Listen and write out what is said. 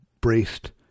braced